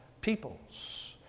peoples